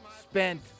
spent